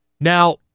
Now